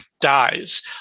Dies